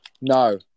No